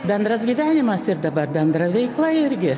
bendras gyvenimas ir dabar bendra veikla irgi